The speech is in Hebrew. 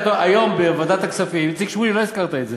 היום בוועדת הכספים, איציק שמולי, לא הזכרת את זה,